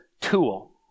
tool